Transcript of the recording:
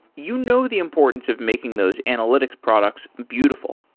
you know the importance of making those analytic products beautiful.